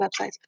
websites